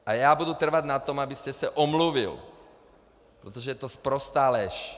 A já budu trvat na tom, abyste se omluvil, protože je to sprostá lež.